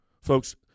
Folks